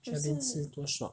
去那边吃多爽